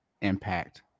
impact